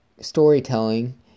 storytelling